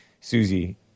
Susie